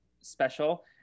special